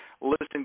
listen